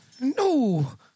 no